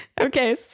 Okay